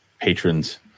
patrons